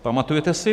Pamatujete si?